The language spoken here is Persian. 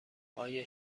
آیا